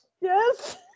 Yes